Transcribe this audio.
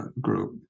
group